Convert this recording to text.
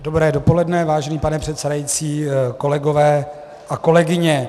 Dobré dopoledne, vážený pane předsedající, kolegové a kolegyně.